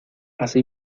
así